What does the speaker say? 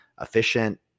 efficient